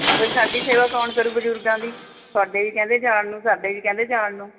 ਆ ਫਿਰ ਸਾਡੀ ਸੇਵਾ ਕੌਣ ਕਰੂ ਬਜ਼ੁਰਗਾਂ ਦੀ ਤੁਹਾਡੇ ਵੀ ਕਹਿੰਦੇ ਜਾਣ ਨੂੰ ਸਾਡੇ ਵੀ ਕਹਿੰਦੇ ਜਾਣ ਨੂੰ